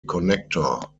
connector